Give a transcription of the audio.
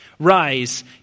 Rise